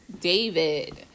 David